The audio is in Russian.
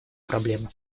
проблема